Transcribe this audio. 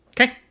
Okay